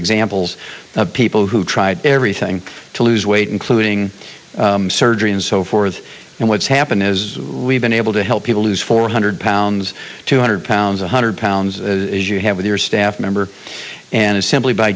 examples of people who tried everything to lose weight including surgery and so forth and what's happened is we've been able to help people lose four hundred pounds two hundred pounds one hundred pounds as you have with your staff member and it simply by